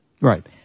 Right